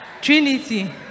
Trinity